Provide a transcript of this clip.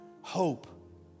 hope